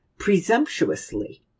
presumptuously